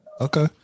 Okay